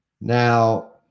Now